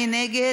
מי נגד?